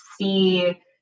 see